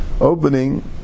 opening